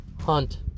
hunt